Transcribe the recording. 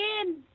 again